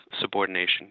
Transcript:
subordination